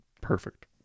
Perfect